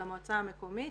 למועצה המקומית,